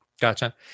Gotcha